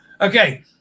Okay